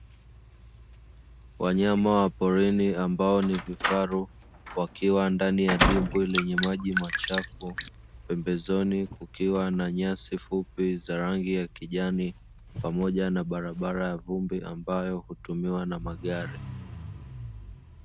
Wanyama wa porini ambao ni vifaru, wakiwa ndani ya dimbwi lenye maji machafu, pembezoni kukiwa na nyasi fupi za rangi ya kijani, pamoja na barabara ya vumbi ambayo hutumiwa na magari.